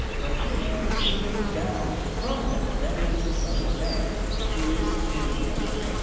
but he who came down from heaven, that is the son of man who is in heaven.